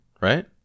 right